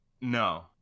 No